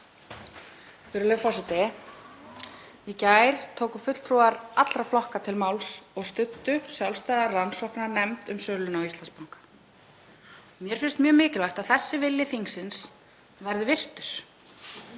Virðulegur forseti. Í gær tóku fulltrúar allra flokka til máls og studdu sjálfstæða rannsóknarnefnd um söluna á Íslandsbanka. Mér finnst mjög mikilvægt að sá vilji þingsins verði virtur.